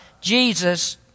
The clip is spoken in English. Jesus